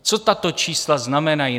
Co tato čísla znamenají?